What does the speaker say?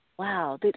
Wow